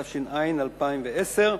התש"ע 2010,